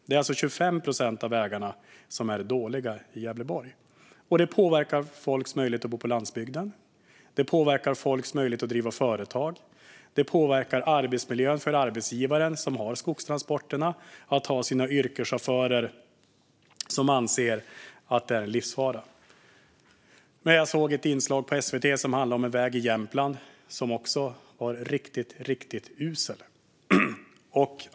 Det är alltså 25 procent av vägarna i Gävleborg som är dåliga. Det påverkar folks möjlighet att bo på landsbygden. Det påverkar folks möjlighet att driva företag. Det påverkar arbetsmiljön för arbetsgivaren som ansvarar för skogstransporterna att yrkeschaufförerna anser att det är en livsfara att köra. Jag såg ett inslag på SVT som handlade om en väg i Jämtland som också var riktigt, riktigt usel.